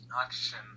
action